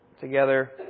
together